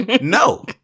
no